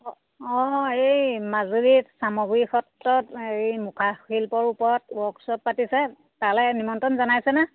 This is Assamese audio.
অঁ অঁ এই মাজুলীত চামগুৰি সত্ৰত হেৰি মুখাশিল্পৰ ওপৰত ৱৰ্কশ্বপ পাতিছে তালৈ নিমন্ত্ৰণ জনাইছেনে